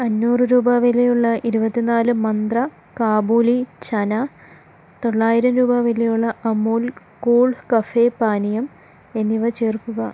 അഞ്ഞൂറ് രൂപ വിലയുള്ള ഇരുപത്തിനാല് മന്ത്ര കാബൂലി ചന തൊള്ളായിരം രൂപ വിലയുള്ള അമുൽ കൂൾ കഫേ പാനീയം എന്നിവ ചേർക്കുക